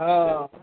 ହଁ